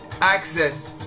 access